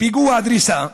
פיגוע הדריסה,